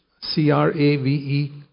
C-R-A-V-E